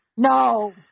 No